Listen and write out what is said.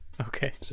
Okay